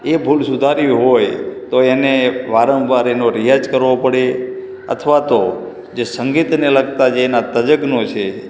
એ ભૂલ સુધારવી હોય તો એને વારંવાર એનો રીયાઝ કરવો પડે અથવા તો જે સંગીતને લગતા જે એના તજજ્ઞો છે